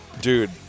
Dude